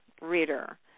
reader